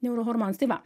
neurohormonas tai va